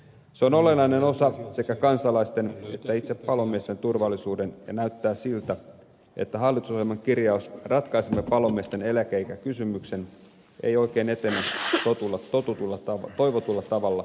se on olennainen osa sekä kansalaisten että itse palomiesten turvallisuutta ja näyttää siltä että hallitusohjelman kirjaus palomiesten eläkeikäkysymyksen ratkaisemisesta ei oikein etene toivotulla tavalla